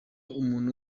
umuntu